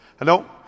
Hello